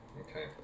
Okay